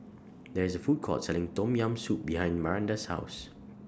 There IS A Food Court Selling Tom Yam Soup behind Maranda's House